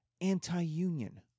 anti-union